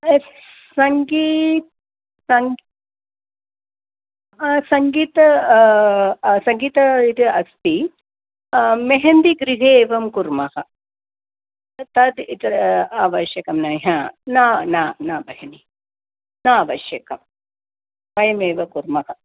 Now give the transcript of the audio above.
सङ्गीत सङ् सङ्गीत सङ्गीत ऐडिया अस्ति मेहेन्दि गृहे एवं कुर्मः तत् आवश्यकं न हा न न न बहिनी न आवश्यकं वयमेव कुर्मः